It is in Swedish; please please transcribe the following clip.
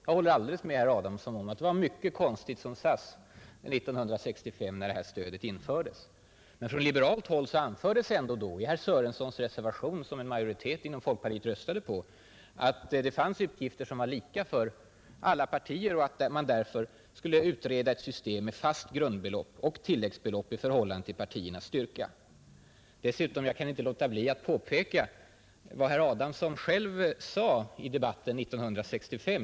Jag håller helt med herr Adamsson om att det var mycket konstigt som sades 1965 när detta stöd infördes. Men från liberalt håll anfördes ändå i herr Sörensons reservation, som en majoritet inom folkpartiet röstade för, att det fanns utgifter som var lika för alla partier och att man därför skulle utreda ett system ”med fast grundbelopp och tilläggsbelopp i förhållande till partiernas styrka”. Jag kan därutöver inte låta bli att påpeka vad herr Adamsson själv sade i debatten 1965.